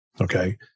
Okay